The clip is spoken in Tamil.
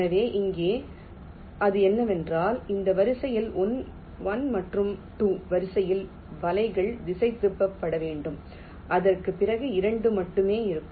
எனவே இங்கே அது என்னவென்றால் இந்த வரிசையில் 1 மற்றும் 2 வரிசையில் வலைகள் திசைதிருப்பப்பட வேண்டும் அதற்குப் பிறகு 3 மட்டுமே இருக்கும்